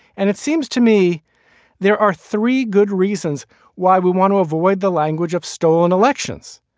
and it seems to me there are three good reasons why we want to avoid the language of stolen elections.